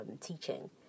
teaching